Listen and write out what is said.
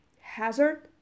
Hazard